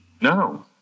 No